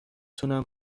تونم